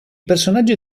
personaggi